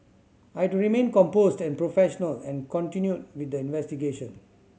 I do remain composed and professional and continue with the investigation